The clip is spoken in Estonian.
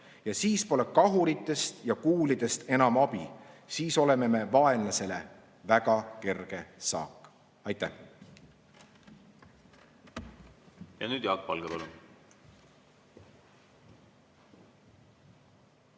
ja siis pole kahuritest ja kuulidest enam abi. Siis oleme me vaenlasele väga kerge saak. Aitäh! Ja nüüd Jaak Valge.